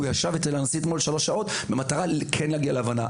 ישב אתמול שמחה רוטמן אצל הנשיא במשך שלוש שעות במטרה כן להגיע להבנה,